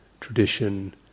tradition